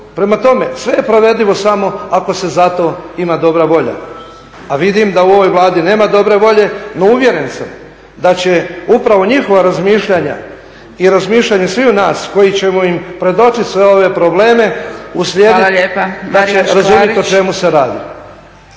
Prema tome, sve je provedivo samo ako se za to ima dobra volja, a vidim da u ovoj vladi nema dobre volje. No uvjeren sam da će upravo njihova razmišljanja i razmišljanje sviju nas koji ćemo im predočiti sve ove probleme uslijediti … …/Upadica: Hvala